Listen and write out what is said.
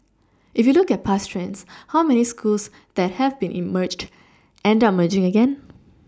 if you look at past trends how many schools that have been in merged end up merging again